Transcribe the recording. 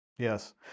Yes